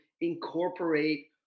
incorporate